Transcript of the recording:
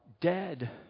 dead